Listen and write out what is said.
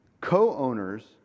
co-owners